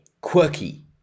Quirky